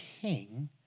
king